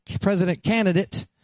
President-candidate